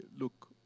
look